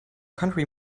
country